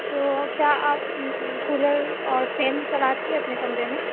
تو کیا آپ کولر اور فین چلاتی ہیں اپنے کمرے میں